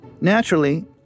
Naturally